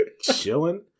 chilling